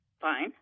Fine